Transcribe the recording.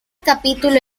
capítulo